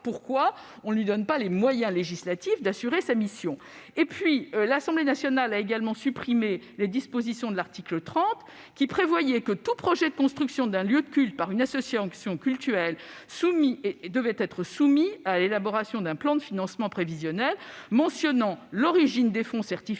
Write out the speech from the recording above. pourquoi ne pas lui donner les moyens législatifs d'assurer sa mission ? L'Assemblée nationale a également supprimé des dispositions de l'article 30 qui prévoyaient que tout projet de construction d'un lieu de culte par une association cultuelle devait être soumis à l'élaboration d'un plan de financement prévisionnel mentionnant l'origine des fonds, certifiée